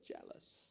jealous